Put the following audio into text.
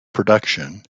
production